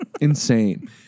Insane